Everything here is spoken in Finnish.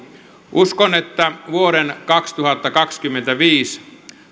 uskon että vuoden kaksituhattakaksikymmentäviisi